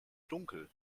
dunkel